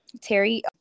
Terry